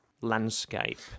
landscape